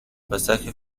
pasaje